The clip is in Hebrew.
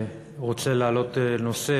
רוצה להעלות נושא